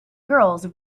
girls